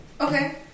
Okay